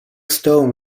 stone